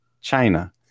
China